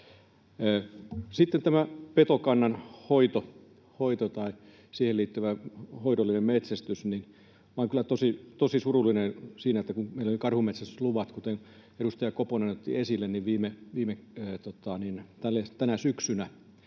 Sitten tämä petokannan hoito, tai siihen liittyvä hoidollinen metsästys: Minä olen kyllä tosi surullinen siitä, että kun meillä oli karhunmetsästysluvat, kuten edustaja Koponen otti esille, tänä syksynä,